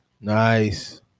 Nice